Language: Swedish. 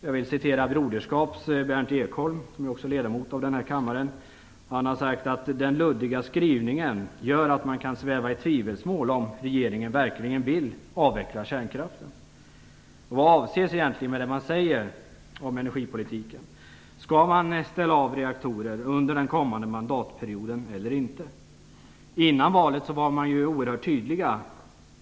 Jag vill citera Broderskaps Berndt Ekholm, som ju också är ledamot av denna kammare. Han har sagt att den luddiga skrivningen gör att man kan sväva i tvivelsmål om regeringen verkligen vill avveckla kärnkraften. Vad avses egentligen med det man säger om energipolitiken? Skall man ställa av reaktorer under den kommande mantdatperioden eller inte? Innan valet var Socialdemokraterna oerhört tydliga.